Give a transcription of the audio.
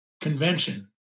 convention